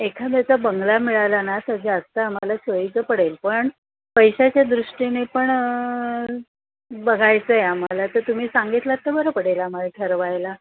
एखाद्याचा बंगला मिळाला ना तर जास्त आम्हाला सोयीचं पडेल पण पैशाच्या दृष्टीने पण बघायचं आहे आम्हाला तर तुमी सांगितलंत तर बरं पडेल आम्हाला ठरवायला